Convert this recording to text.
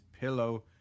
pillow